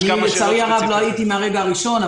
לצערי הרב לא הייתי מהרגע הראשון,